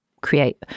create